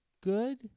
good